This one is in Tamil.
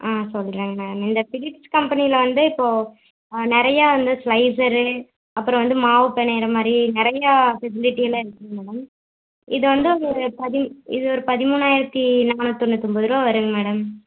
ஆ சொல்லுறேங்க மேம் இந்த பிலிப்ஸ் கம்பெனியில வந்து இப்போ நிறையா இந்த ஸ்லைஸரு அப்புறம் வந்து மாவு பினையிற மாதிரி நிறையா ஃபெசிலிட்டிலாம் இருக்குங்க மேடம் இது வந்து ஒரு பதி இது ஒரு பதிமூணாயிரத்து நானூற்றி தொண்ணூத்தொம்பது ரூவா வருங்க மேடம்